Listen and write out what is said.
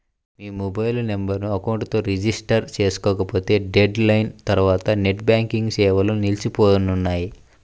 మీ mobile నెంబర్ను account తో register చేసుకోకపోతే డెడ్ లైన్ తర్వాత నెట్ బ్యాంకింగ్ సేవలు నిలిచిపోనున్నాయి